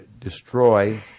destroy